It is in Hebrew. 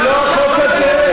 חבר הכנסת לוי, זה לא החוק הזה.